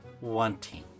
wanting